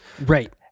Right